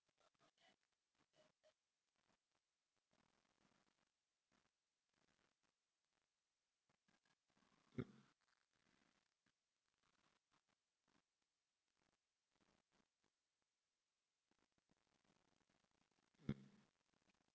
okay